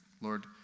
lord